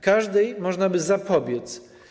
Każdej można by zapobiec.